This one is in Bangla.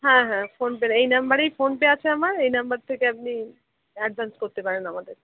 হ্যাঁ হ্যাঁ ফোন পে এই নাম্বারেই ফোন পে আছে আমার এই নাম্বার থেকে আপনি অ্যাডভান্স করতে পারেন আমাদের